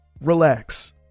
relax